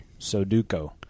Sudoku